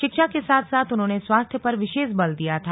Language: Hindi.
शिक्षा के साथ साथ उन्होंने स्वास्थ्य पर विशेष बल दिया था